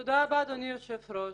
תודה רבה, אדוני היושב-ראש.